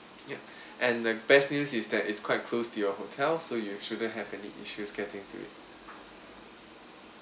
ya and the best news is that is quite close to your hotel so you shouldn't have any issues getting to it